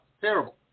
terrible